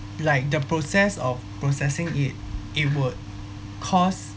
like the process of processing it it would cost